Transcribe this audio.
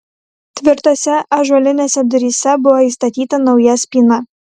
tvirtose ąžuolinėse duryse buvo įstatyta nauja spyna